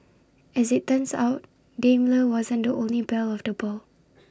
as IT turns out Daimler wasn't the only belle of the ball